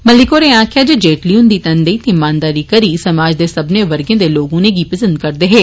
मलिक होरें आक्खेया जे जेटली हुन्दी तनदेइ ते इमानदारी करी समाज दे सब्बने वर्गे दे लोक उनेंगी पसंद करदे हे